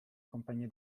compagnie